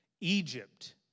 Egypt